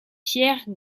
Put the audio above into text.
pierre